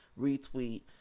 retweet